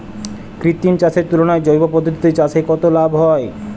কৃত্রিম চাষের তুলনায় জৈব পদ্ধতিতে চাষে কত লাভ হয়?